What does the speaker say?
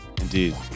Indeed